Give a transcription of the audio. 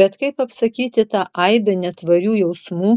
bet kaip apsakyti tą aibę netvarių jausmų